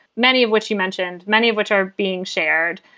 many of which you mentioned, many of which are being shared.